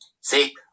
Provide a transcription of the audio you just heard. See